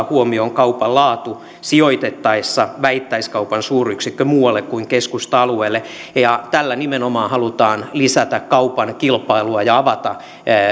huomioon kaupan laatu sijoitettaessa vähittäiskaupan suuryksikkö muualle kuin keskusta alueelle ja tällä nimenomaan halutaan lisätä kaupan kilpailua ja avata